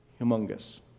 humongous